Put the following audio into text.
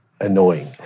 Annoying